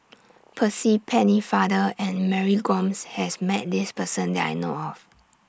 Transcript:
Percy Pennefather and Mary Gomes has Met This Person that I know of